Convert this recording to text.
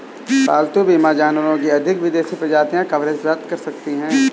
पालतू बीमा जानवरों की अधिक विदेशी प्रजातियां कवरेज प्राप्त कर सकती हैं